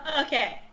Okay